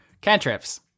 Cantrips